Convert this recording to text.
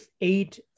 eight